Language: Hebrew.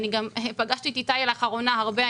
אני גם פגשתי את איתי לאחרונה הרבה,